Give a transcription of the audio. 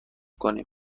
کنیم